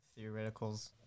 Theoreticals